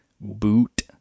Boot